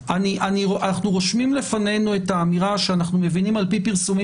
אנחנו רושמים לפנינו את האמירה שאנחנו מבינים על פי פרסומים